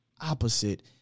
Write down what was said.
opposite